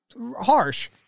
harsh